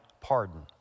pardon